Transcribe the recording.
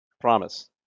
Promise